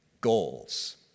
goals